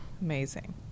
Amazing